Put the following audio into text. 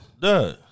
Duh